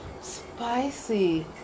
spicy